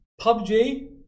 PUBG